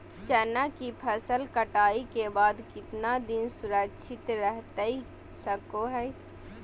चना की फसल कटाई के बाद कितना दिन सुरक्षित रहतई सको हय?